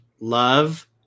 love